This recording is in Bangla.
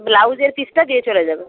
ব্লাউজের পিসটা দিয়ে চলে যাবে